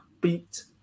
beat